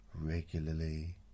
regularly